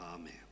Amen